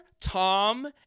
Tom